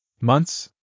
Months